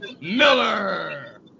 Miller